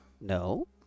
No